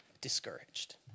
discouraged